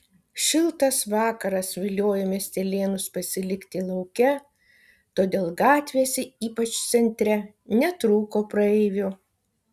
šiltas vakaras viliojo miestelėnus pasilikti lauke todėl gatvėse ypač centre netrūko praeivių